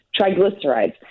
triglycerides